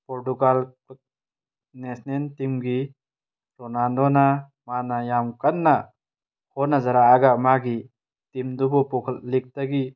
Portugal national ꯇꯤꯝꯒꯤ ꯔꯣꯅꯥꯟꯗꯣꯅ ꯃꯥꯅ ꯌꯥꯝ ꯀꯟꯅ ꯍꯣꯠꯅꯖꯔꯛꯑꯒ ꯃꯥꯒꯤ ꯇꯤꯝꯗꯨꯕꯨ ꯄꯨꯈꯠ ꯂꯤꯛꯇꯒꯤ